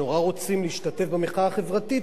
שנורא רוצים להשתתף במחאה החברתית,